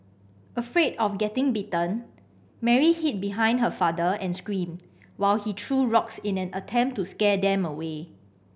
afraid of getting bitten Mary hid behind her father and screamed while he threw rocks in an attempt to scare them away